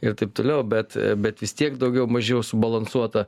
ir taip toliau bet bet vis tiek daugiau mažiau subalansuota